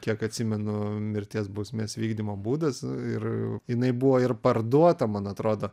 kiek atsimenu mirties bausmės vykdymo būdas ir jinai buvo ir parduota man atrodo